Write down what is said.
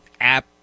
app